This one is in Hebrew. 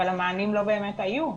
אבל המענים לא באמת היו.